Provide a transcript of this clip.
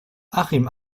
achim